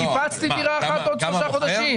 שיפצתי את אחת הדירות במשך שלושה חודשים.